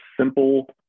simple